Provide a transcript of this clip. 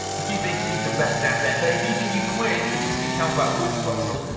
if you think you can better dan's effort, if you think you can win a gcn camelbak water bottle,